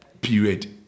period